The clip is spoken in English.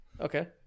Okay